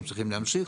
הם צריכים להמשיך.